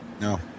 No